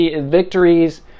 victories